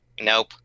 Nope